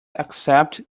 accept